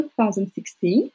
2016